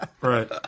right